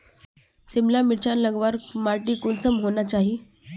सिमला मिर्चान लगवार माटी कुंसम होना चही?